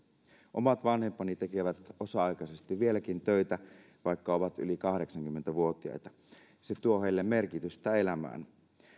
omat vanhempani tekevät osa aikaisesti vieläkin töitä vaikka ovat yli kahdeksankymmentä vuotiaita se tuo heille merkitystä elämään